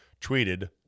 tweeted